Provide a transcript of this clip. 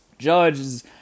Judge's